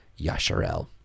Yasharel